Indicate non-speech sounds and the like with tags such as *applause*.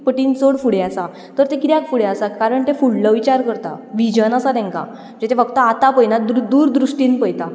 पटीन चड फुडें आसा तर ते कित्याक फुडें आसा कारण ते फुडलो विचार करता विझन आसा तांकां *unintelligible* ते फक्त आतां पयनात दूर दृश्टीन पळयता